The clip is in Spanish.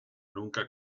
nunca